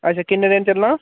अच्छा किन्ने दिन चलना